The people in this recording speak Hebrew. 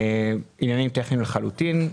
אלה עניינים טכניים לחלוטין.